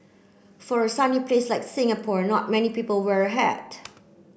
for a sunny place like Singapore not many people wear a hat